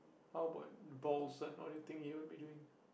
how about balls and what do you think he will be doing